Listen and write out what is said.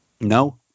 No